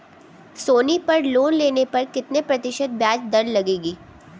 सोनी पर लोन लेने पर कितने प्रतिशत ब्याज दर लगेगी?